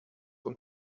und